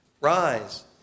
Rise